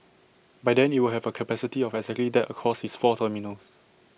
by then IT will have A capacity of exactly that across its four terminals